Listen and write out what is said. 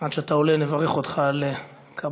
עד שאתה עולה, נברך אותך על קבלת